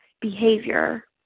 behavior